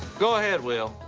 go ahead, will.